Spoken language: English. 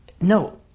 no